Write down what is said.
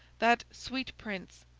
that sweet prince,